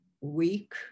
week